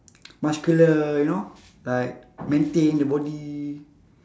muscular you know like maintain the body